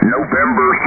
November